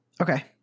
okay